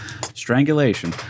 strangulation